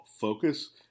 Focus